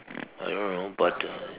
I don't know but I